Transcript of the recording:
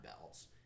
bells